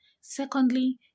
Secondly